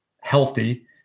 healthy